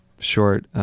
short